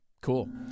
cool